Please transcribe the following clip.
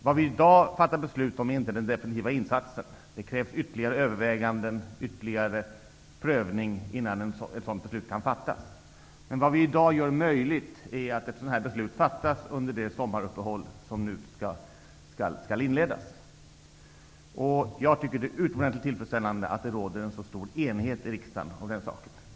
Vi fattar i dag inte beslut om den definitiva insatsen -- det krävs ytterligare överväganden och prövning innan ett sådant beslut kan fattas -- utan vi gör i dag möjligt att ett sådant beslut fattas under det sommaruppehåll som nu skall inledas. Det är också utomordentligt tillfredsställande att det råder mycket stor enighet i riksdagen härom.